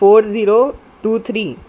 four zero two three